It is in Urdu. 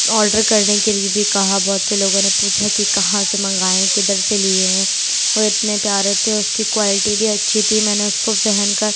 آڈر کرنے کے لیے بھی کہا بہت سے لوگوں نے پوچھا کہ کہاں سے منگائے ہیں کدھر سے لیے ہیں وہ اتنے پیارے تھے اُس کی کوالٹی بھی اچھی تھی میں نے اُس کو پہن کر